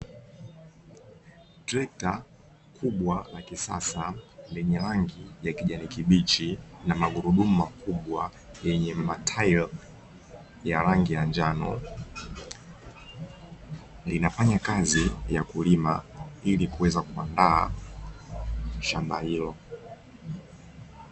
Trekta kubwa la kisasa lenye rangi ya kijani kibichi na magurudumu makubwa yenye matairi ya rangi ya njano, linafanya kazi ya kulima ili kuweza kuandaa shamba hilo.